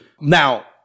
Now